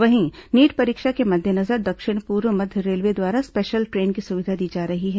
वहीं नीट परीक्षा के मद्देनजर दक्षिण पूर्व मध्य रेलवे द्वारा स्पेशल ट्रेन की सुविधा दी जा रही है